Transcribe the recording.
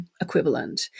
equivalent